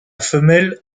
femelle